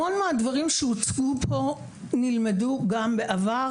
המון מהדברים שהוצגו פה נלמדו גם בעבר,